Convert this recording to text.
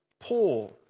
poor